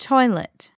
Toilet